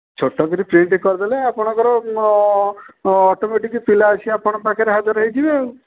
ଛୋଟ କିରି ପ୍ରିଣ୍ଟ୍ କରିଦେଲେ ଆପଣଙ୍କର ଅଟୋମେଟିକ୍ ପିଲା ଆସି ଆପଣଙ୍କ ପାଖରେ ହାଜର ହେଇଯିବେ ଆଉ